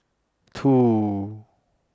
two